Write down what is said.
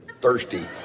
thirsty